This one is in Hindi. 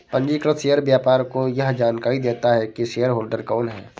पंजीकृत शेयर व्यापार को यह जानकरी देता है की शेयरहोल्डर कौन है